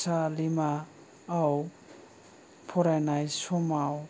सालिमायाव फरायनाय समाव